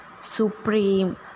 supreme